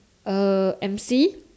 a emcee